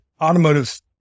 Automotive